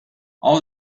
all